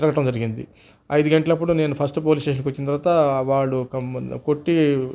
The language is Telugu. తిరగటం జరిగింది ఐదు గంటలప్పుడు నేను ఫస్ట్ పోలీస్ స్టేటిన్కి వచ్చిన తర్వాత వాడు కొట్టి